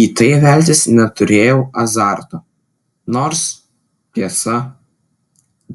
į tai veltis neturėjau azarto nors tiesa